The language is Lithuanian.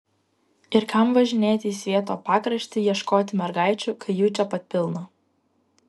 ir kam važinėti į svieto pakraštį ieškoti mergaičių kai jų čia pat pilna